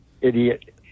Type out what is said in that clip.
idiot